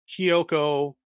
Kyoko